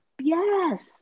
Yes